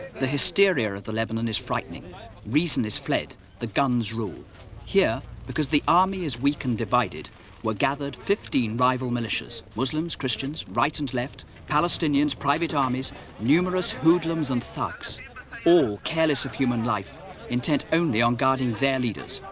the hysteria of the lebanon is frightening reason is fled the guns rule here because the army is weakened divided were gathered fifteen rival militias muslims christians right and left palestinians private armies numerous hoodlums and thugs all careless of human life intent only on guarding their leaders.